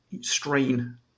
strain